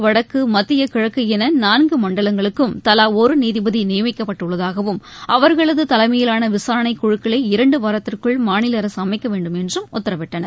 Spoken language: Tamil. வடக்கு மத்திய கிழக்கு என நான்கு மண்டலங்களுக்கும் தலா ஒரு நீதிபதி மேற்கு நியமிக்கப்பட்டுள்ளதாகவும் அவர்களது தலைமையிலான விசாரணை குழுக்களை இரண்டு வாரத்திற்குள் மாநில அரசு அமைக்க வேண்டும் என்றும் உத்தரவிட்டனர்